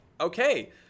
okay